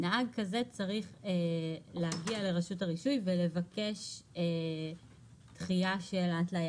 נהג כזה צריך להגיע לרשות הרישוי ולבקש דחייה של ההתליה